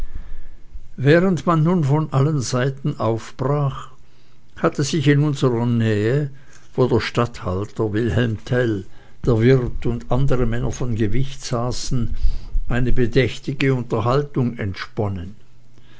während man nun von allen seiten aufbrach hatte sich in unserer nähe wo der statthalter wilhelm tell der wirt und andere männer von gewicht saßen eine bedächtige unterhaltung entsponnen